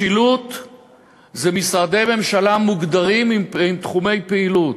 משילות זה משרדי ממשלה מוגדרים עם תחומי פעילות.